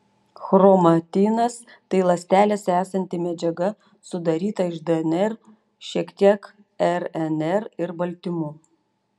chromatinas tai ląstelėse esanti medžiaga sudaryta iš dnr šiek tiek rnr ir baltymų